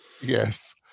Yes